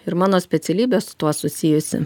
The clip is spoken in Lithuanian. ir mano specialybė su tuo susijusi